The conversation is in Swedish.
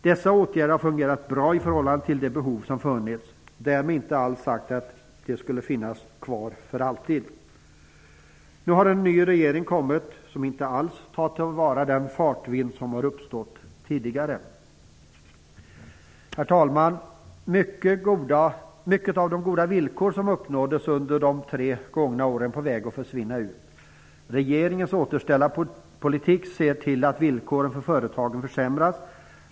Dessa åtgärder har fungerat bra i förhållande till de behov som har funnits - därmed inte alls sagt att de skall finnas kvar för alltid. Nu har en ny regering kommit som inte alls tar till vara den fartvind som hade uppstått tidigare. Herr talman! Många av de goda villkor som uppnåddes under de gångna tre åren är nu på väg att försvinna. Regeringens återställarpolitik ser till att villkoren för företagen försämras.